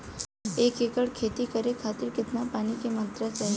एक एकड़ खेती करे खातिर कितना पानी के मात्रा चाही?